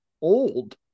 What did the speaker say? old